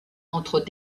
entre